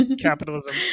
capitalism